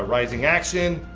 rising action,